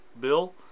Bill